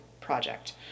project